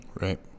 Right